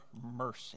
mercy